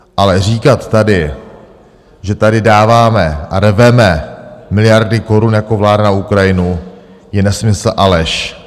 Ale říkat tady, že tady dáváme a rveme miliardy korun jako vláda na Ukrajinu, je nesmysl a lež.